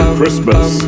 Christmas